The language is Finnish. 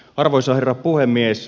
arvoisa herra puhemies